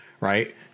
right